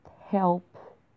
help